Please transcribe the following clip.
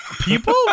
People